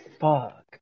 fuck